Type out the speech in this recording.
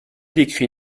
décrit